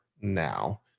now